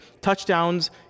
touchdowns